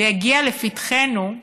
ויגיע לפתחנו,